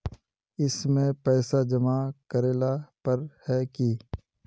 इसमें पैसा जमा करेला पर है की?